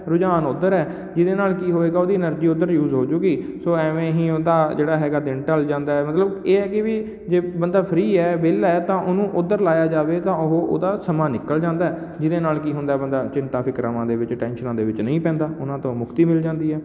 ਰੁਝਾਨ ਉੱਧਰ ਹੈ ਜਿਹਦੇ ਨਾਲ ਕੀ ਹੋਏਗਾ ਓਹਦੀ ਐਨਰਜੀ ਉੱਧਰ ਯੂਜ਼ ਹੋ ਜੁਗੀ ਸੋ ਇਵੇਂ ਹੀ ਓਹਦਾ ਜਿਹੜਾ ਹੈਗਾ ਦਿਨ ਢੱਲ ਜਾਂਦਾ ਮਤਲਬ ਇਹ ਹੈ ਕਿ ਵੀ ਜੇ ਬੰਦਾ ਫ੍ਰੀ ਹੈ ਵਿਹਲਾ ਤਾਂ ਓਹਨੂੰ ਉੱਧਰ ਲਾਇਆ ਜਾਵੇ ਤਾਂ ਉਹ ਓਹਦਾ ਸਮਾਂ ਨਿਕਲ ਜਾਂਦਾ ਜਿਹਦੇ ਨਾਲ ਕੀ ਹੁੰਦਾ ਬੰਦਾ ਚਿੰਤਾ ਫਿਕਰਾਵਾਂ ਦੇ ਵਿੱਚ ਟੈਂਸ਼ਨਾਂ ਦੇ ਵਿੱਚ ਨਹੀਂ ਪੈਂਦਾ ਉਹਨਾਂ ਤੋਂ ਮੁਕਤੀ ਮਿਲ ਜਾਂਦੀ ਹੈ